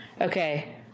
Okay